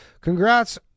Congrats